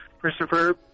Christopher